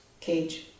cage